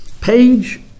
Page